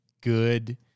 good